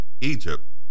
Egypt